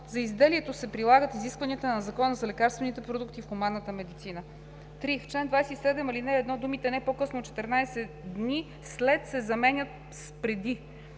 за изделието се прилагат изискванията на Закона за лекарствените продукти в хуманната медицина.“ 3. В чл. 27, ал. 1 думите „не по късно от 14 дни след“ се заменят с „преди“.“